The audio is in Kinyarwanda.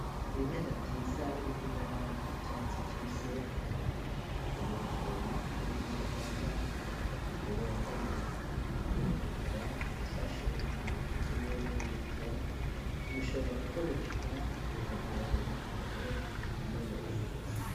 Ibimera byiza biri mu ibara ry'icyatsi kibisi hari umuntu w'umunyamahanga wambaye umupira utukura ufashe ku giti kimwe muri byo bishobora gukoreshwa bikagirira abantu akamaro no mu buvuzi.